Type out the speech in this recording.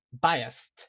biased